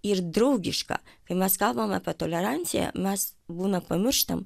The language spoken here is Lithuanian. ir draugiška kai mes kalbam apie toleranciją mes būna pamirštam